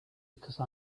because